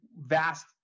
vast